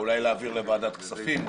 בשלב הבא אולי להעביר לוועדת כספים,